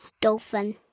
Dolphin